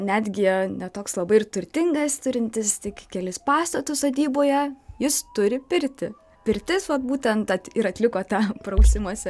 netgi ne toks labai ir turtingas turintis tik kelis pastatus sodyboje jis turi pirtį pirtis vat būtent at ir atliko tą prausimosi